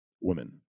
women